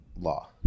law